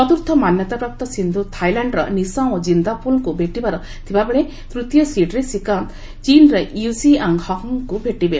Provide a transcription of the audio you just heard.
ଚତ୍ରର୍ଥ ମାନ୍ୟତାପାପ୍ତ ସିନ୍ଧ୍ର ଥାଇଲ୍ୟାଣ୍ଡର ନିଚାଓଁ କିନ୍ଦାପୋଲ୍ଙ୍କୁ ଭେଟିବାର ଥିବାବେଳେ ତୃତୀୟ ସିଡ଼୍ରେ ଶ୍ରୀକାନ୍ଥ ଚୀନ୍ର ୟୁଜିଆଙ୍ଗ୍ ହଙ୍ଗ୍କୁ ଭେଟିବେ